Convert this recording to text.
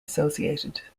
associated